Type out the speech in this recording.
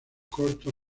corto